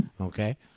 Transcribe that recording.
Okay